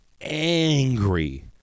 angry